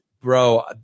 bro